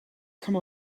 come